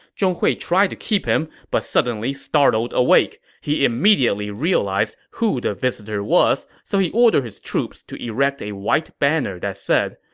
zhong hui tried to keep him, but suddenly startled awake. he immediately realized who the visitor was, so he ordered his troops to erect a white banner that said,